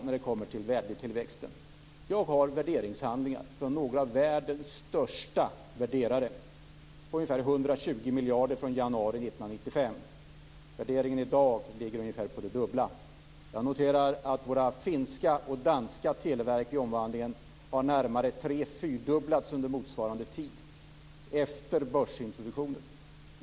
När det kommer till värdetillväxten, har jag värderingshandlingar från några av världens största värderare, och de talar om ungefär 120 miljarder januari 1995. Värderingen i dag ligger på ungefär det dubbla. Jag noterar att det för de finska och danska televerken i omvandlingen handlar om en tre eller fyrdubbling under motsvarande tid efter börsintroduktionen.